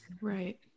Right